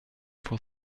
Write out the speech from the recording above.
for